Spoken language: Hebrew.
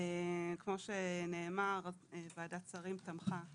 כמו שנאמר, ועדת שרים תמכה